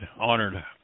honored